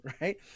right